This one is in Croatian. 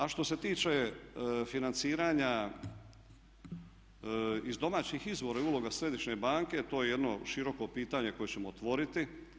A što se tiče financiranja iz domaćih izvora i uloga središnje banke a to je jedno široko pitanje koje ćemo otvoriti.